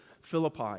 Philippi